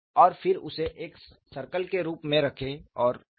और फिर उसे एक सर्कल के रूप में रखें और फिर समस्या को हल करें